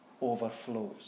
overflows